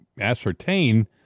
ascertain